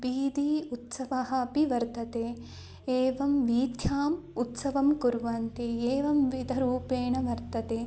बीदी उत्सवः अपि वर्तते एवं वीथ्याम् उत्सवं कुर्वन्ति एवं विधरूपेण वर्तते